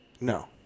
No